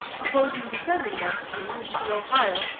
proposing descending that stream into the ohio,